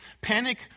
Panic